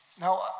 Now